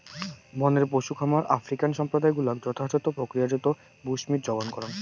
বনের পশু খামার আফ্রিকান সম্প্রদায় গুলাক যথাযথ প্রক্রিয়াজাত বুশমীট যোগান করাং